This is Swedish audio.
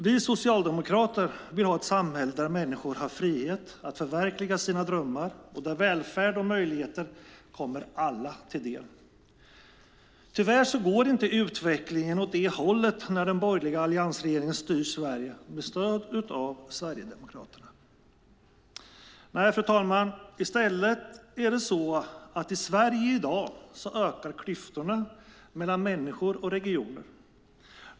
Vi socialdemokrater vill ha ett samhälle där människor har frihet att förverkliga sina drömmar och där välfärd och möjligheter kommer alla till del. Tyvärr går inte utvecklingen åt det hållet när den borgerliga alliansregeringen styr Sverige med stöd av Sverigedemokraterna. Nej, fru talman, i stället ökar i dag klyftorna mellan människor och mellan regioner i Sverige.